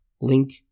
link